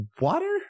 water